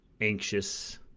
anxious